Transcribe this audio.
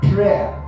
Prayer